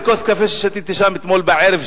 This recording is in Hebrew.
מכוס קפה ששתיתי שם אתמול בערב,